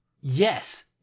yes